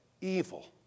evil